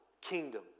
kingdom